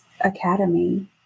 Academy